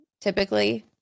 typically